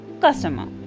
customer